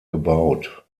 gebaut